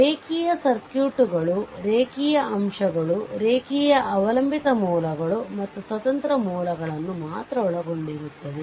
ರೇಖೀಯ ಸರ್ಕ್ಯೂಟ್ಗಳು ರೇಖೀಯ ಅಂಶಗಳು ರೇಖೀಯ ಅವಲಂಬಿತ ಮೂಲಗಳು ಮತ್ತು ಸ್ವತಂತ್ರ ಮೂಲಗಳನ್ನು ಮಾತ್ರ ಒಳಗೊಂಡಿರುತ್ತವೆ